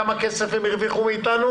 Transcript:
כמה כסף הם הרוויחו מאתנו?